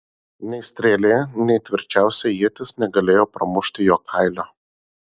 nei strėlė nei tvirčiausia ietis negalėjo pramušti jo kailio